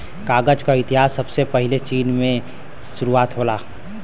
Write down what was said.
कागज क इतिहास सबसे पहिले चीन से शुरु होला